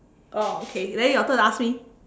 oh okay then your turn to ask me